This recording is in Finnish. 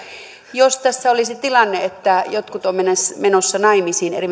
jos tässä olisi tilanne että jotkut ovat menossa naimisiin